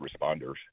responders